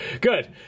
good